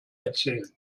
erzählen